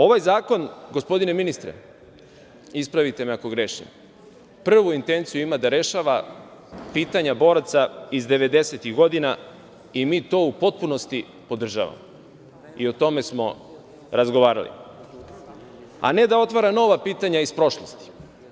Ovaj zakon, gospodine ministre, ispravite me ako grešim, prvu intenciju ima da rešava pitanja boraca iz devedesetih godina, i mi to u potpunosti podržavamo i o tome smo razgovarali, a ne da otvara nova pitanja iz prošlosti.